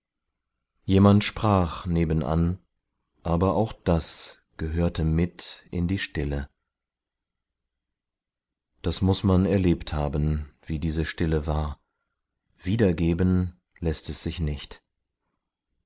jemand sprach nebenan aber auch das gehörte mit in die stille das muß man erlebt haben wie diese stille war wiedergeben läßt es sich nicht